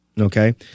Okay